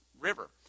river